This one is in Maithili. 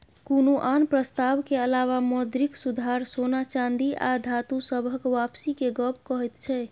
कुनु आन प्रस्ताव के अलावा मौद्रिक सुधार सोना चांदी आ धातु सबहक वापसी के गप कहैत छै